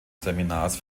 seminars